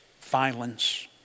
violence